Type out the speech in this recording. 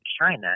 China